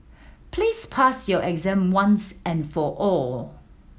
please pass your exam once and for all